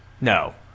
no